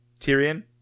Tyrion